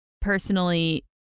personally